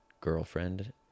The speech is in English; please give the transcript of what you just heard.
girlfriend